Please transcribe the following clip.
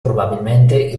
probabilmente